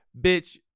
bitch